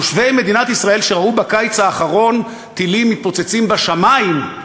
תושבי מדינת ישראל שראו בקיץ האחרון טילים שמתפוצצים בשמים,